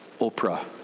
Oprah